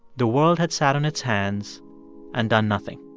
the world had sat on its hands and done nothing